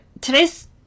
today's